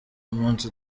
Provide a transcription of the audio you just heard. umunsi